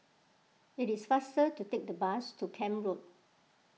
it is faster to take the bus to Camp Road